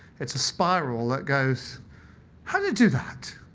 it's a spiral that goes how do you do that?